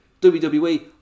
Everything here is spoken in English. WWE